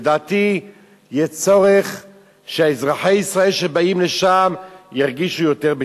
לדעתי יש צורך שאזרחי ישראל שבאים לשם ירגישו יותר בטוחים.